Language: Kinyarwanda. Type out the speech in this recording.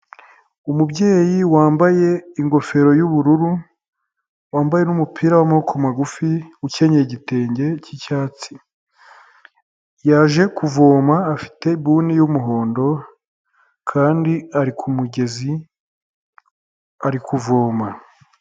Umubyeyi wambaye ingofero y' ubururu n'umupira w' amaboko magufi, ukenyeye igitenge cy'icyatsi yaje kuvoma , afite ibuni yumuhondo kandi ari kumugezi ari kuvoma.